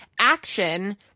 action